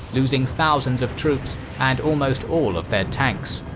losing thousands of troops and almost all of their tanks.